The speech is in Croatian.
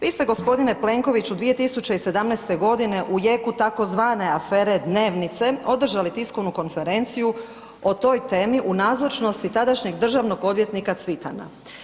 Vi ste g. Plenkoviću, 2017. g. u jeku tzv. afere Dnevnice, održali tiskovnu konferenciju o toj temi u nazočnosti tadašnjeg državnog odvjetnika Cvitana.